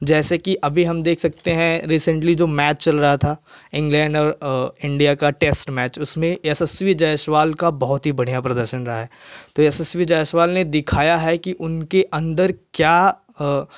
जैसे की अभी हम देख सकते है रिसेंटली जो मैच चल रहा था इंग्लैंड और इंडिया का टेस्ट मैच उसमें यशस्वी जैसवाल का बहुत ही बढ़िया प्रदर्शन रहा है तो यशस्वी जैसवाल ने दिखाया है की उनके अंडर क्या